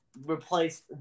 replace